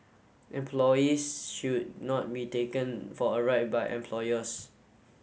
employees should not be taken for a ride by employers